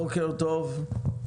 בוקר טוב.